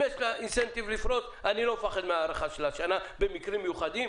אם יש לה תמריץ לפרוס אז אני לא מפחד מן ההארכה של שנה במקרים מיוחדים,